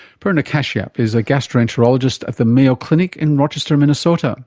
purna kashyap is a gastroenterologist at the mayo clinic in rochester minnesota